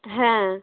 হ্যাঁ